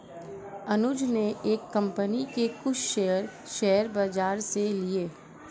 अनुज ने एक कंपनी के कुछ शेयर, शेयर बाजार से लिए